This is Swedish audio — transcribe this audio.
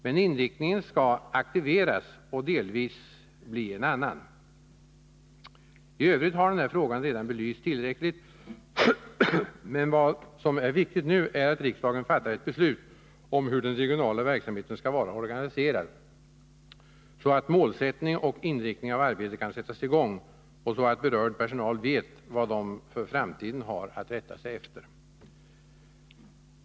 Men verksamheten skall aktiveras och inriktningen delvis bli en annan. I övrigt har den här frågan redan belysts tillräckligt, men det som är viktigt nu är att riksdagen fattar ett beslut om hur den regionala verksamheten skall vara organiserad, så att utarbetandet av en målsättning och fastställandet av en inriktning för arbetet kan sättas i gång och så att berörd personal vet vad den för framtiden har att rätta sig efter.